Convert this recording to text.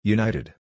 United